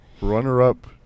runner-up